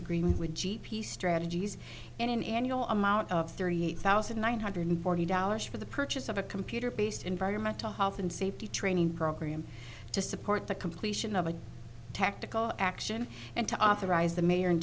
agreement with g p strategies and an annual amount of thirty eight thousand one hundred forty dollars for the purchase of a computer based environmental health and safety training program to support the completion of a tactical action and to authorize the mayor and